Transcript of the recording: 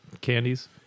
candies